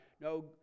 No